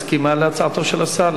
מסכימה להצעתו של השר?